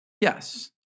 Yes